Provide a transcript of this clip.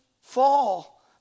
fall